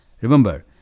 Remember